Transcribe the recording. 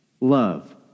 love